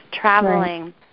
traveling